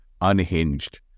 unhinged